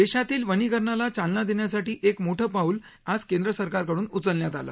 देशातील वनीकरणाला चालना देण्यासाठी एक मोठे पाऊल आज केंद्र सरकारकडून उचलण्यात आले